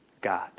God